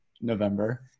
November